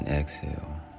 Exhale